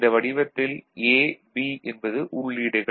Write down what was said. இந்த வடிவத்தில் A B என்பது உள்ளீடுகள்